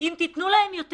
אם תיתנו להם יותר